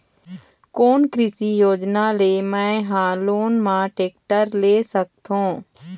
कोन कृषि योजना ले मैं हा लोन मा टेक्टर ले सकथों?